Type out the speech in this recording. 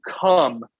come